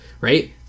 right